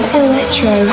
electro